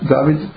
David